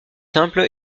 simple